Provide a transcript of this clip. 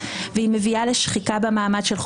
קשה מאד לקיים דיון בשאלת היקף ההתערבות השיפוטית